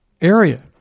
area